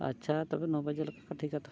ᱟᱪᱪᱷᱟ ᱛᱚᱵᱮ ᱱᱚᱵᱟᱡᱮ ᱞᱮᱠᱟ ᱴᱷᱤᱠᱟ ᱛᱚ